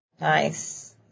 Nice